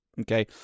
Okay